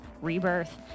Rebirth